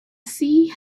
sea